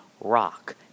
rock